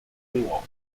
creole